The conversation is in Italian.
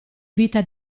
vita